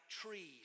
trees